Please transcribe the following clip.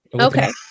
Okay